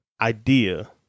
idea